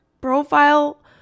profile